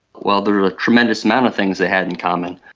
well, there were a tremendous amount of things they had in common.